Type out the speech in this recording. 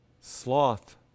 sloth